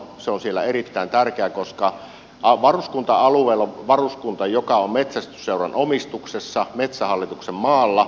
se on siellä erittäin tärkeä kysymys koska varuskunta alueella on ampumarata joka on metsästysseuran omistuksessa metsähallituksen maalla